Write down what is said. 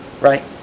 right